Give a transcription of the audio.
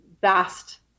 vast